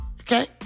okay